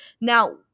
Now